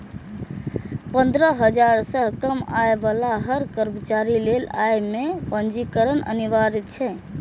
पंद्रह हजार सं कम आय बला हर कर्मचारी लेल अय मे पंजीकरण अनिवार्य छै